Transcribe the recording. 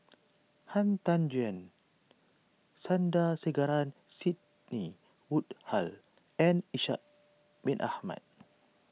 Han Tan Juan Sandrasegaran Sidney Woodhull and Ishak Bin Ahmad